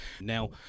Now